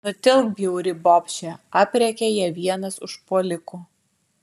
nutilk bjauri bobše aprėkia ją vienas užpuolikų